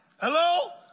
Hello